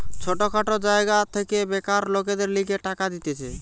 ছোট খাটো জায়গা থেকে বেকার লোকদের লিগে টাকা দিতেছে